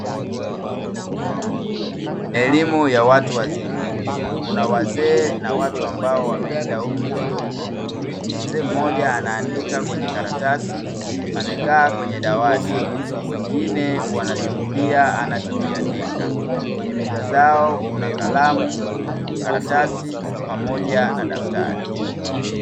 Elimu ya watu wazima kuna wazee na watu ambao wameenda umri kidogo, mzee mmoja anandika kwenye karatasi amekaa kwenye dawati wengine wanachungulia anacho kiandika. Kwenye meza zao kuna kalamu, karatasi pamoja na daftari.